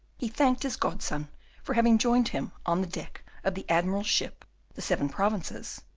he thanked his godson for having joined him on the deck of the admiral's ship the seven provinces,